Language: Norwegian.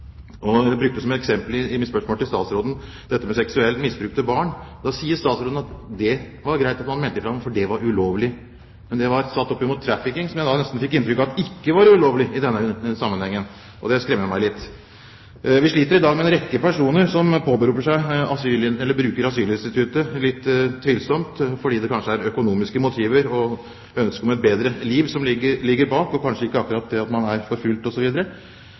Jeg brukte som eksempel dette med seksuelt misbrukte barn i mitt spørsmål til statsråden. Da sier statsråden at det er det greit at man melder fra om, for det er ulovlig. Det ble satt opp mot trafficking, som jeg fikk inntrykk av ikke er ulovlig i denne sammenhengen, og det skremmer meg litt. Vi sliter i dag med en rekke personer som bruker asylinstituttet litt tvilsomt – kanskje er det økonomiske motiver, med ønske om et bedre liv, som ligger bak, og kanskje er det ikke akkurat det at man er